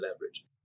leverage